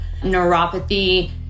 neuropathy